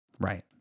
right